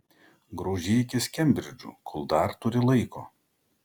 grožėkis kembridžu kol dar turi laiko